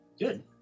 Good